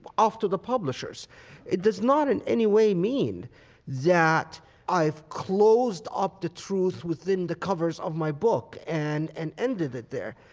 but off to the publishers it does not in any way mean that i've closed up the truth within the covers of my book and and ended it there.